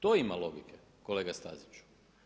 To ima logike, kolega Staziću.